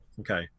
Okay